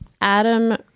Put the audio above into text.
Adam